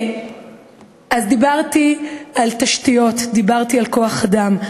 דיברתי על תשתיות, דיברתי על כוח-אדם,